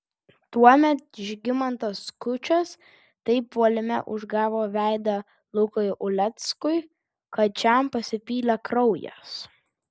tuomet žygimantas skučas taip puolime užgavo veidą lukui uleckui kad šiam pasipylė kraujas